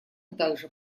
также